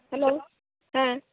hello ᱦᱮᱸ